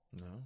No